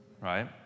right